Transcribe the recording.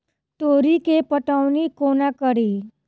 तोरी केँ पटौनी कोना कड़ी?